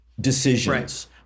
decisions